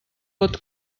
pot